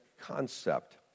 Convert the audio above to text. concept